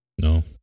No